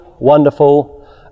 wonderful